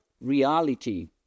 reality